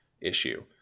issue